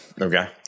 Okay